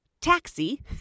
taxi